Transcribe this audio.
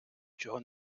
чого